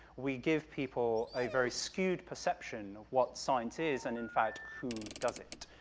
we give people a very skewed perception of what science is and, in fact, who does it.